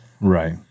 Right